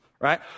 right